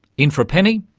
in for a penny,